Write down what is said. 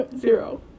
zero